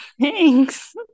Thanks